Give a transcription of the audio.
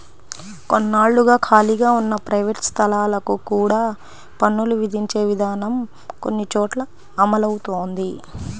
కొన్నాళ్లుగా ఖాళీగా ఉన్న ప్రైవేట్ స్థలాలకు కూడా పన్నులు విధించే విధానం కొన్ని చోట్ల అమలవుతోంది